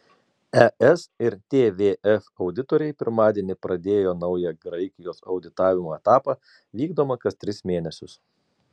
es ir tvf auditoriai pirmadienį pradėjo naują graikijos auditavimo etapą vykdomą kas tris mėnesius